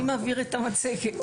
בבקשה.